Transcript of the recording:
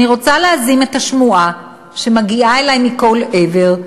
אני רוצה להזים את השמועה שמגיעה אלי מכל עבר,